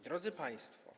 Drodzy Państwo!